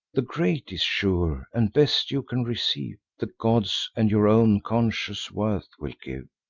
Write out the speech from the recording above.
the greatest, sure, and best you can receive, the gods and your own conscious worth will give.